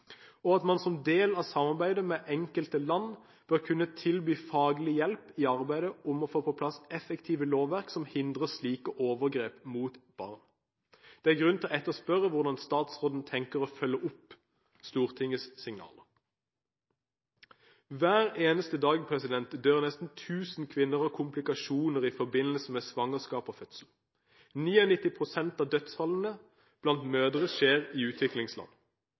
og at man som del av samarbeidet med enkelte land bør kunne tilby faglig hjelp i arbeidet med å få på plass effektive lovverk som hindrer slike overgrep mot barn. Det er grunn til å etterspørre hvordan statsråden tenker å følge opp Stortingets signaler. Hver eneste dag dør nesten 1 000 kvinner av komplikasjoner i forbindelse med svangerskap og fødsel. 99 pst. av dødsfallene blant mødre skjer i utviklingsland.